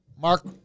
Mark